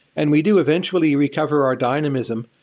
and we do eventually recover our dynamism,